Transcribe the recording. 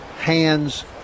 hands